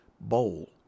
bowl